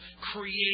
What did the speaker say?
create